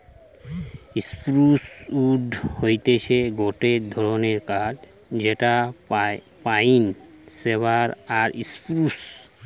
spruce wood হতিছে গটে ধরণের কাঠ যেটা পাইন, সিডার আর স্প্রুস